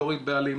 להוריד בעלים,